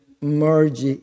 merge